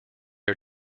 are